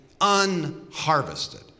unharvested